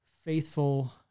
faithful